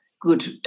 good